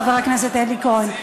חבר הכנסת אלי כהן.